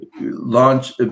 launch